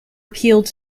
appealed